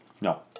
No